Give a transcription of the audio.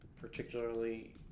Particularly